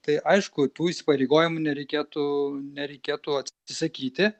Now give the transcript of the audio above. tai aišku tų įsipareigojimų nereikėtų nereikėtų atsisakyti